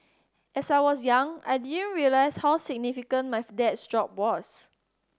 as I was young I didn't realise how significant my dad's job was